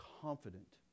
confident